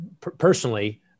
personally